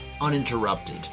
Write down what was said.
uninterrupted